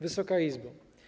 Wysoka Izbo!